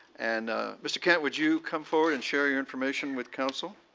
and mr. kent, would you come forward and share your information with council.